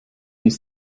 ist